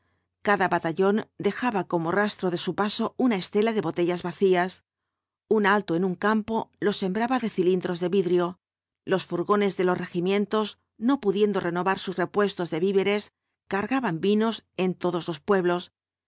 cada batallón dejaba como rastro de su paso una estela de botellas vacías un alto en un campo lo sembraba de cilindros de vidrio los furgones de los regimientos no pudiendo renovar sus repuestos de víveres cargaban vino en todos los pueblos